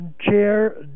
Chair